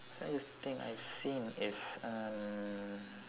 strangest thing I've seen is um